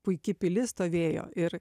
puiki pilis stovėjo ir